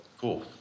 Cool